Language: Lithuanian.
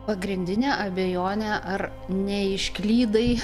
pagrindinė abejonė ar neišklydai